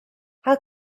how